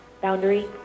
Boundary